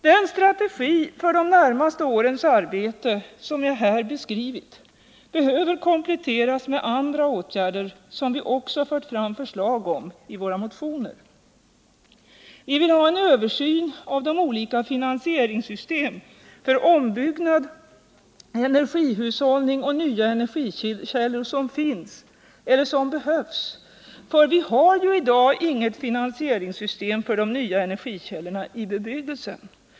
Den strategi för de närmaste årens arbete som jag här beskrivit behöver kompletteras med andra åtgärder, som vi också fört fram förslag om i våra motioner. Vi vill ha en översyn av de olika finansieringssystem för ombyggnad, energihushållning och nya energikällor som finns eller som behövs — ty vi har ju i dag inget finansieringssystem för de nya energikällorna i bebyggelsen.